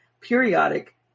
periodic